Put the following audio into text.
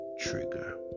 trigger